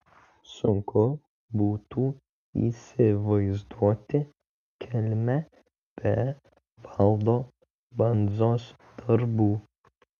sunku būtų įsivaizduoti kelmę be valdo bandzos darbų